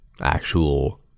actual